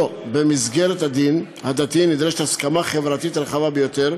במסגרת הדין הדתי נדרשת הסכמה חברתית רחבה ביותר,